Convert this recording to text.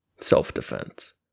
self-defense